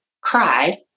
cry